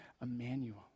Emmanuel